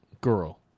Girl